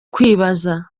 kwibaza